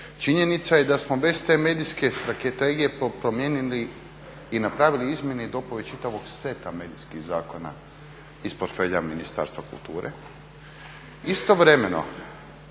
činjenica je da smo bez te medijske strategije promijenili i napravili izmjene i dopune čitavog seta medijskih zakona iz portfelja Ministarstva kulture. Istovremeno